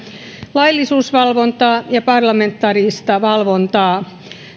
laillisuusvalvontaa ja parlamentaarista valvontaa